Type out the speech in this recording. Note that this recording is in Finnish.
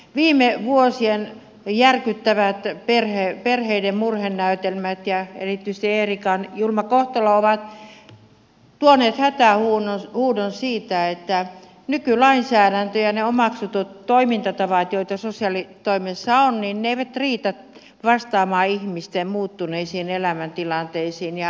viime vuosien järkyttävät perheiden murhenäytelmät ja erityisesti eerikan julma kohtalo ovat tuoneet hätähuudon siitä että nykylainsäädäntö ja ne omaksutut toimintatavat joita sosiaalitoimessa on eivät riitä vastaamaan ihmisten muuttuneisiin elämäntilanteisiin ja avuntarpeisiin